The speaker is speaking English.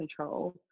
control